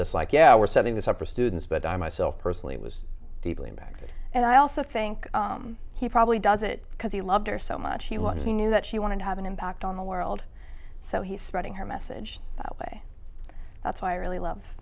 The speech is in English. this like yeah we're setting this up for students but i myself personally was deeply impacted and i also think he probably does it because he loved her so much he wanted he knew that she wanted to have an impact on the world so he's spreading her message that way that's why i really love